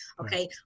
Okay